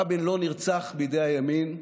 רבין לא נרצח בידי הימין,